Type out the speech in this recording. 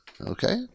Okay